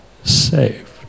Saved